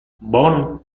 bon